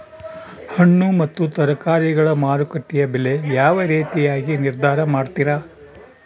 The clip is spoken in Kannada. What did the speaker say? ಹಣ್ಣು ಮತ್ತು ತರಕಾರಿಗಳ ಮಾರುಕಟ್ಟೆಯ ಬೆಲೆ ಯಾವ ರೇತಿಯಾಗಿ ನಿರ್ಧಾರ ಮಾಡ್ತಿರಾ?